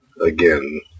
again